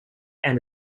and